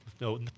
no